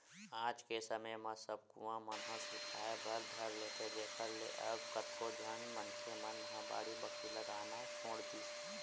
आज के समे म सब कुँआ मन ह सुखाय बर धर लेथे जेखर ले अब कतको झन मनखे मन ह बाड़ी बखरी लगाना छोड़ दिस